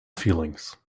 feelings